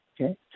okay